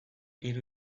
hiru